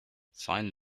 sign